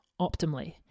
optimally